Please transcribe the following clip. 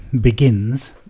begins